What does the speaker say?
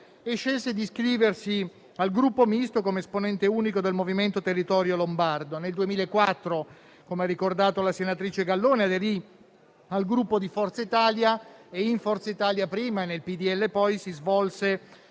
e scelse di iscriversi al Gruppo Misto come esponente unico del Movimento Territorio Lombardo. Nel 2004, come ha ricordato la senatrice Gallone, aderì al Gruppo Forza Italia e in Forza Italia prima e nel PDL poi si svolse